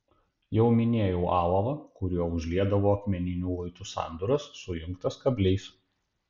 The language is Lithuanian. jau minėjau alavą kuriuo užliedavo akmeninių luitų sandūras sujungtas kabliais